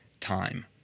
time